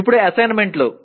ఇప్పుడు అసైన్మెంట్లు